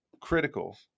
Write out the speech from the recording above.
critical